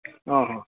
आं हां